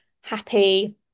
happy